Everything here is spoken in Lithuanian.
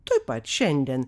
tuoj pat šiandien